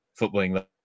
footballing